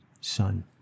Son